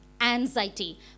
anxiety